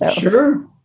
Sure